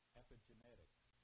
epigenetics